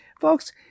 folks